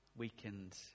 weakened